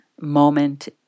moment